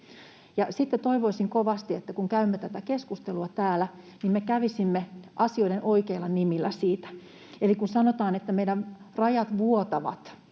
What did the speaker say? toivoisin kovasti, että kun käymme tätä keskustelua täällä, niin me kävisimme sitä asioiden oikeilla nimillä. Eli siihen, kun sanotaan, että meidän rajat vuotavat: